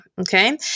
Okay